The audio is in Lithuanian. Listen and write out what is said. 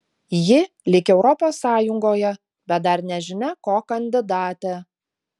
ji lyg europos sąjungoje bet dar nežinia ko kandidatė